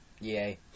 yay